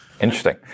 Interesting